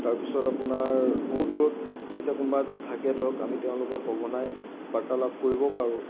তাৰপিছত আপোনাৰ বহুত দূৰত এতিয়া কোনোবা এজন থাকে ধৰক আমি তেওঁৰ লগত সঘনাই বাৰ্তালাপ কৰিব পাৰোঁ